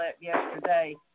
yesterday